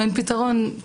אין פתרון,